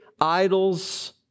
idols